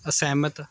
ਅਸਹਿਮਤ